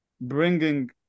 bringing